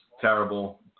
terrible